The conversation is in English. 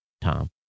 Tom